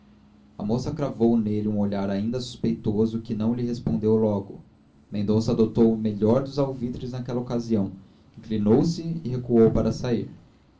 a moça cravou nele um olhar ainda suspeitoso e não lhe respondeu logo mendonça adotou o melhor dos alvitres naquela ocasião indignou-se e recuou para sair